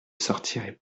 sortirez